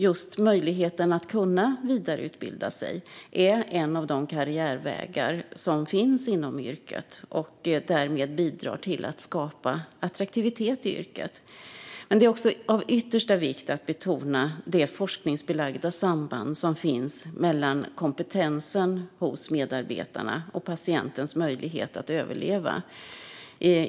Just möjligheten att vidareutbilda sig är en av de karriärvägar som finns inom yrket och som därmed bidrar till att skapa attraktivitet i yrket. Det är också av yttersta vikt att betona det forskningsbelagda samband som finns mellan kompetensen hos medarbetarna och patientens möjlighet att överleva.